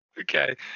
okay